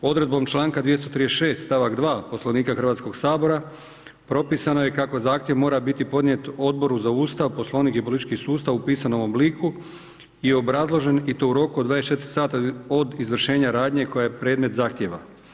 Odredbom članka 236. stavak 2. Poslovnika Hrvatskog sabora, propisano je kako zahtjev mora biti podnijet Odboru za Ustav, Poslovnik i politički sustav u pisanom obliku i obrazložen i to u roku od 24 sata od izvršenja radnje koja je predmet zahtjeva.